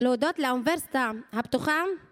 להודות לאוניברסיטה, הפתוחה?